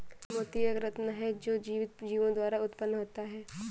मोती एक रत्न है जो जीवित जीवों द्वारा उत्पन्न होता है